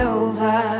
over